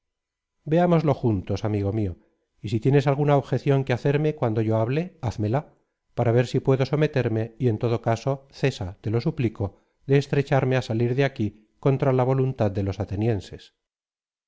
veámoslo juntos amigo mió y si tienes alguna objeción que hacerme cuando yo hable házmela para ver si puedo someterme y en otro caso cesa te lo suplico de estrecharme á salir de aquí contra la voluntad de los